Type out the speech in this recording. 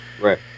right